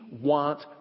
want